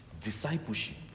Discipleship